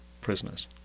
prisoners